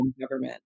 government